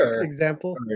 example